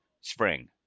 Spring